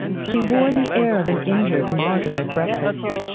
she wore the air of an injured martyr at breakfast.